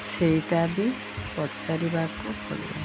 ସେଇଟା ବି ପଚାରିବାକୁ ପଡ଼ିବ